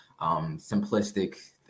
simplistic